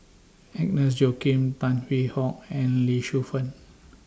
Agnes Joaquim Tan Hwee Hock and Lee Shu Fen